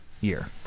year